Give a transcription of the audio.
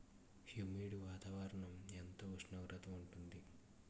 Humid వాతావరణం ఎంత ఉష్ణోగ్రత ఉంటుంది?